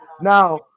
now